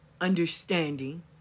understanding